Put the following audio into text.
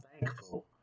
thankful